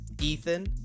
Ethan